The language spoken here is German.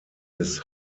des